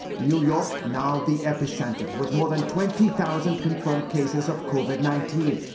new york now the epicenter with more than twenty thousand confirmed cases of covid nineteen.